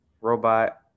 robot